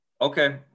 Okay